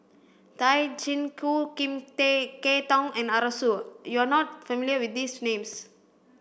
Tay Chin Joo Lim Kay Tong and Arasu you are not familiar with these names